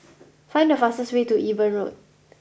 find the fastest way to Eben Road